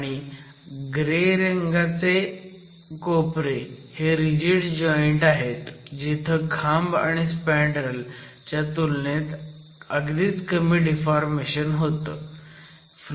आणि ग्रे रंगाचे कोपरे हे रिजिड जॉईंट आहेत जिथं खांब आणि स्पँडरेल च्या तुलनेत अगदीच कमी डिफॉर्मेशन होतं